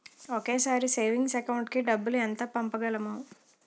ఒకేసారి savings account కి ఎంత డబ్బు పంపించగలము?